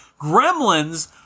Gremlins